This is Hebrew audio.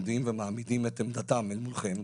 ועומדים ומעמידים את עמדתם אל מולכם,